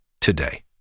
today